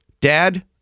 Dad